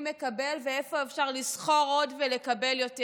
מקבל ואיפה אפשר לסחור עוד ולקבל יותר.